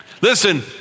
Listen